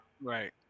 Right